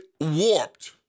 warped